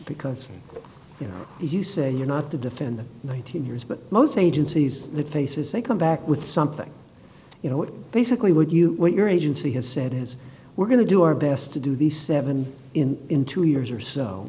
because you know if you say you're not to defend the one thousand years but most agencies the faces they come back with something you know basically what you what your agency has said is we're going to do our best to do these seven in in two years or so